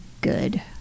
good